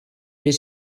sydd